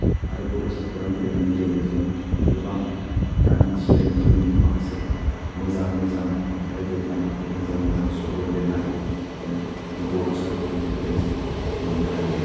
आरो बड'सा खौरां बिलाइनि गेजेरजो जोङो गोबां दानि स्टुडेनफोरनि माखासे मोजां मोजां खन्थाइ लिरनाय मोजां मोजां सल' लिरनाय जों बड'सा खौरांनि बिलाइजों मोननो हायो